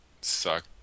suck